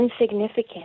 insignificant